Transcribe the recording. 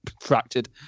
fractured